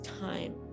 time